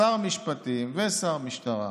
שר המשפטים ושר המשטרה